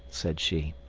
said she,